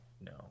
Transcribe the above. no